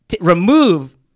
remove